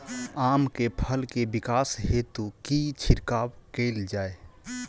आम केँ फल केँ विकास हेतु की छिड़काव कैल जाए?